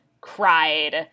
cried